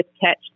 catch